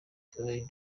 aid